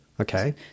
Okay